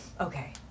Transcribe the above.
okay